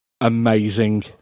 Amazing